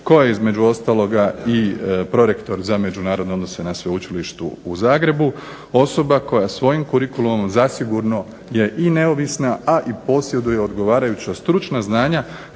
koja je između ostalog i prorektor za međunarodne odnose na SVeučilištu u Zagrebu, osoba koja sa svojim kurikulom zasigurno je i neovisna, a i posjeduje odgovarajuća stručna znanja